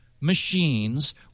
machines